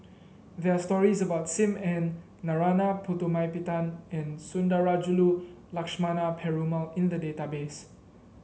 there are stories about Sim Ann Narana Putumaippittan and Sundarajulu Lakshmana Perumal in the database